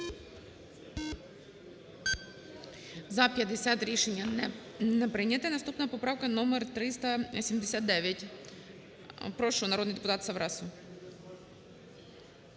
За-50 Рішення не прийнято. Наступна поправка номер 379. Прошу, народний депутатСаврасов.